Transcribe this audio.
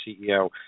CEO